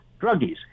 druggies